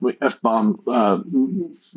F-bomb